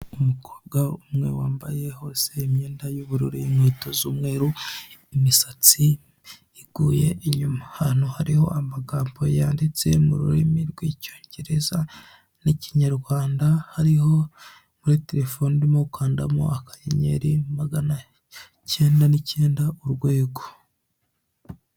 Umukobwa umwe wambaye hose imyenda y'ubururu inkweto z'umweru imisatsi iguye inyuma, ahantu hariho amagambo yanditse mu rurimi rw'icyongereza n'ikinyarwanda hariho telefone ndimo gukandamo akanyenyeri magana cyenda n'icyenda urwego.